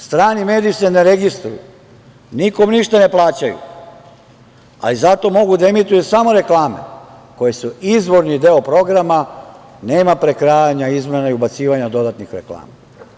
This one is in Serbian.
Strani mediji se ne registruju, nikome ništa ne plaćaju, ali zato mogu da emituju samo reklame koje su izvorni deo programa, nema prekrajanja, izmena i ubacivanja dodatnih reklama.